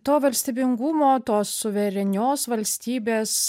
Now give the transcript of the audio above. to valstybingumo tos suverenios valstybės